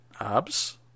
Abs